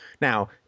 Now